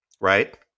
Right